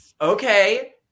okay